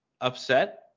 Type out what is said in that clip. upset